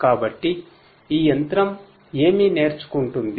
కాబట్టి ఈ యంత్రం ఏమి నేర్చుకుంటుంది